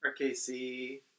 RKC